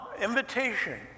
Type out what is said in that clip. Invitation